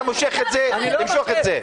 אתה מושך את זה, תמשוך את זה.